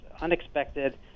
unexpected